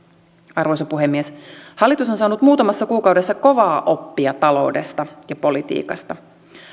arvoisa puhemies hallitus on saanut muutamassa kuukaudessa kovaa oppia taloudesta ja politiikasta